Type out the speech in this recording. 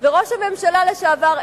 וראש הממשלה לשעבר,